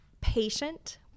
patient